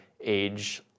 age